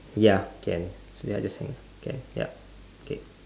ya can so I just hang up K yup K